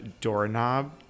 doorknob